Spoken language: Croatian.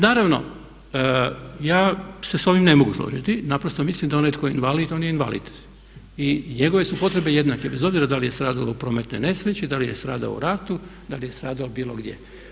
Naravno ja se s ovim ne mogu složiti, naprosto mislim da onaj tko je invalid on je invalid i njegove su potrebe jednake bez obzira da li je stradao u prometnoj nesreći, da li je stradao u ratu, da li je stradao bilo gdje.